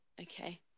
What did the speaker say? Okay